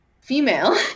female